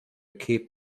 keep